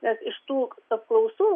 nes iš tų apklausų